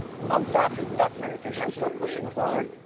months after the documentary finished, i'm still pushing forward,